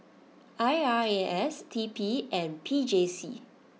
I R A S T P and P J C